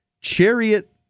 chariot